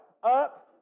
Up